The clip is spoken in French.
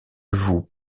vous